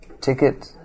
ticket